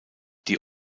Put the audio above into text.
die